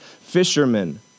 fishermen